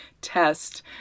test